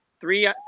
three